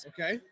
Okay